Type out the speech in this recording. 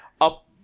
up